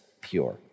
pure